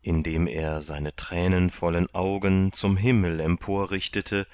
indem er seine thränenvollen augen zum himmel emporrichtete